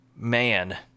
Man